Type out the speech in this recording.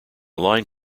line